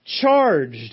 charged